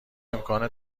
امکان